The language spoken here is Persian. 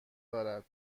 دارد